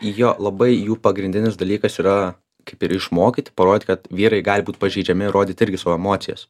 jo labai jų pagrindinis dalykas yra kaip ir išmokyti parodyt kad vyrai gali būt pažeidžiami ir rodyt irgi savo emocijas